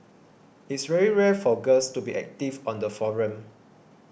it's very rare for girls to be active on the forum